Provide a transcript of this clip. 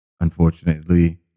Unfortunately